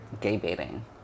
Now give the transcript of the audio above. gay-baiting